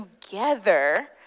together